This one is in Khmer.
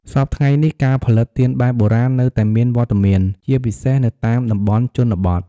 សព្វថ្ងៃនេះ ការផលិតទៀនបែបបុរាណនៅតែមានវត្តមាន ជាពិសេសនៅតាមតំបន់ជនបទ។